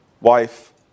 wife